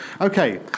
okay